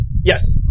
Yes